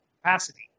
Capacity